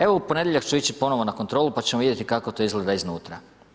Evo, u ponedjeljak ću ići ponovo na kontrolu, pa ćemo vidjeti kako to izgleda iznutra.